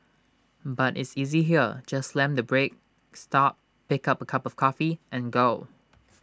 but is easy here just slam the brake stop pick A cup of coffee and go